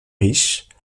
riche